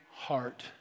heart